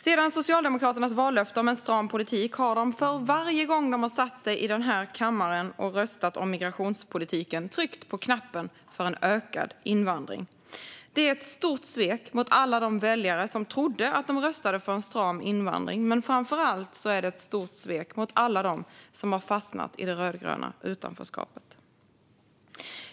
Sedan Socialdemokraterna gav vallöftet om en stram politik har de varje gång de har satt sig i denna kammare och röstat om migrationspolitiken tryckt på knappen för en ökad invandring. Det är ett stort svek mot alla de väljare som trodde att de röstade för en stram invandring. Men framför allt är det ett stort svek mot alla dem som har fastnat i det rödgröna utanförskapet.